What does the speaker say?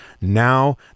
now